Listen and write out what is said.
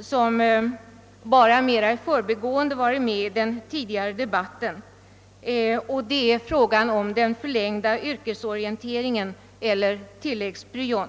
som bara i förbigående behandlats i den tidigare debatten, nämligen den förlängda yrkesorienteringen eller tilläggspryon.